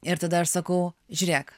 ir tada aš sakau žiūrėk